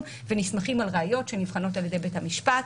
ונסמכים על ראיות שנבחנות על ידי בית המשפט.